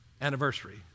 anniversary